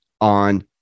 on